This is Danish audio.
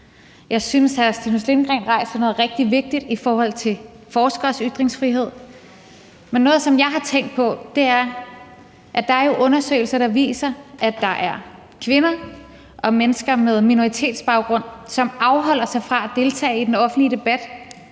Jeg synes, at hr. Stinus Lindgreen rejser noget rigtig vigtigt i forhold til forskeres ytringsfrihed, men noget, som jeg har tænkt på, er, at der jo er undersøgelser, der viser, at der er kvinder og mennesker med minoritetsbaggrund, som afholder sig fra at deltage i den offentlige debat,